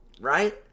right